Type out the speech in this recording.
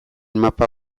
mapa